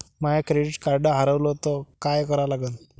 माय credit card हारवलं तर काय करा लागन?